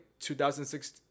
2006